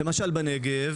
למשל, בנגב